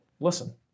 listen